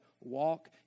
walk